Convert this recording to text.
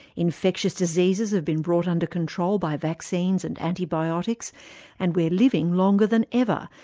infectious diseases have been brought under control by vaccines and antibiotics and we are living longer than ever,